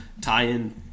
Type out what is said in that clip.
tie-in